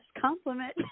compliment